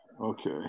Okay